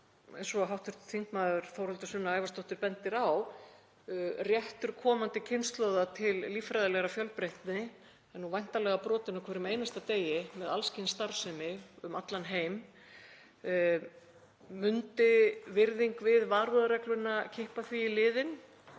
eins og hv. þm. Þórhildur Sunna Ævarsdóttir bendir á, réttur komandi kynslóða til líffræðilegrar fjölbreytni. Hann er væntanlega brotinn á hverjum einasta degi með alls kyns starfsemi um allan heim. Myndi virðing við varúðarregluna kippa því í liðinn?